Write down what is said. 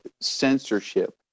censorship